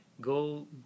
go